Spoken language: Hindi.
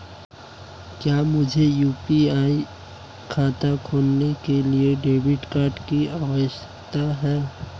क्या मुझे यू.पी.आई खाता खोलने के लिए डेबिट कार्ड की आवश्यकता है?